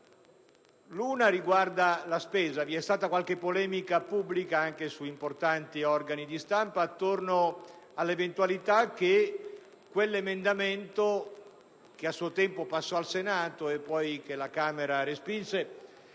prima riguarda la spesa: vi è stata qualche polemica, anche su importanti organi di stampa, sull'eventualità che quell'emendamento, che a suo tempo passò al Senato e che poi la Camera respinse,